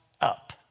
up